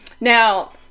Now